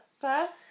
first